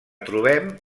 trobem